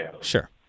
Sure